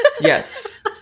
Yes